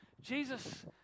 Jesus